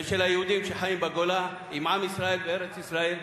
ושל היהודים שחיים בגולה עִם עַם ישראל וארץ-ישראל.